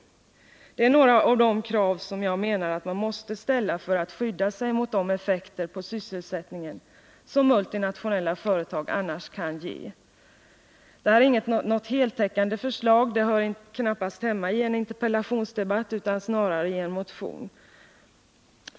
Det är några av de krav som jag menar att man måste ställa för att skydda sig mot de effekter på sysselsättningen som multinationella företag annars kan ge. Det här är inte något heltäckande förslag — det hör väl knappast hemmaii en interpellationsdebatt utan snarare i en motion.